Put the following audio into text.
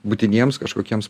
būtiniems kažkokiems